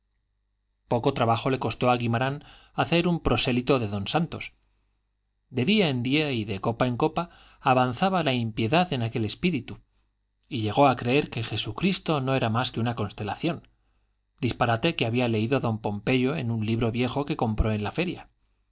poco trabajo le costó a guimarán hacer un prosélito de don santos de día en día y de copa en copa avanzaba la impiedad en aquel espíritu y llegó a creer que jesucristo no era más que una constelación disparate que había leído don pompeyo en un libro viejo que compró en la feria